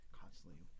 constantly